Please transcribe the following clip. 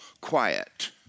quiet